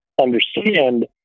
understand